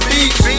Beach